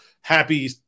happy